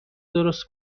درست